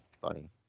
Funny